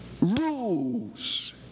rules